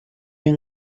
این